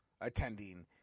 attending